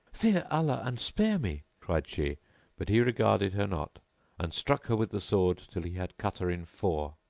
fear allah and spare me, cried she but he regarded her not and struck her with the sword till he had cut her in four.